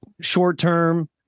short-term